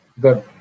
Good